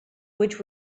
which